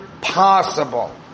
possible